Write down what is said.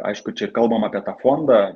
aišku čia kalbam apie tą fondą